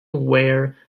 wear